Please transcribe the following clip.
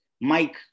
Mike